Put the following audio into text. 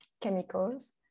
chemicals